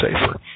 safer